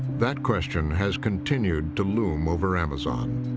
that question has continued to loom over amazon.